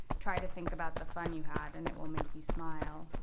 try to think about the fun you had, and it will make you smile.